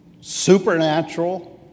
supernatural